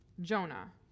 Jonah